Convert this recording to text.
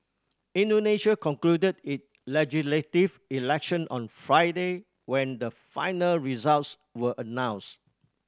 Indonesia concluded its legislative election on Friday when the final results were announced